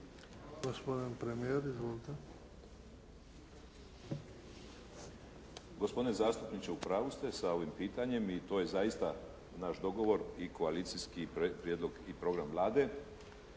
Gospodin premijer, izvolite. **Sanader, Ivo (HDZ)** Gospodine zastupniče, u pravu ste sa ovim pitanjem i to je zaista naš dogovor i koalicijski prijedlog i program Vlade.